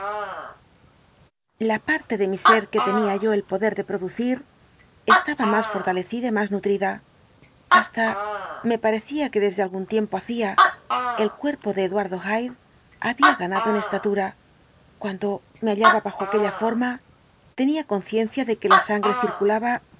la parte de mi ser que tenía yo el poder de producir estaba más fortalecida y más nutrida hasta me parecía que desde algún tiempo hacía el cuerpo de eduardo hyde había ganado en estatura cuando me hallaba bajo aquella forma tenía conciencia de que la sangre circulaba